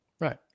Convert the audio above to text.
Right